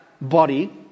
body